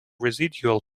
residual